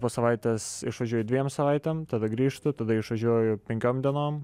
po savaitės išvažiuoju dviem savaitėm tada grįžtu tada išvažiuoju penkiom dienom